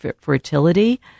fertility